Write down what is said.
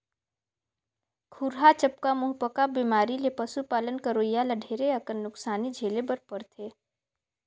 खुरहा चपका, मुहंपका बेमारी ले पसु पालन करोइया ल ढेरे अकन नुकसानी झेले बर परथे